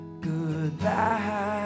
goodbye